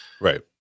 Right